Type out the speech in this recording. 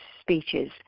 speeches